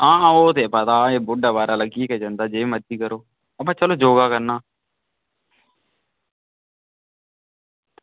आं ओह् ते पता बुड्ढे बारै लग्गी गै जंदा जे मर्ज़ी करो बा चलो योगा करना